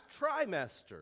trimester